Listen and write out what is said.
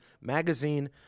magazine